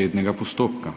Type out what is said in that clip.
rednega postopka.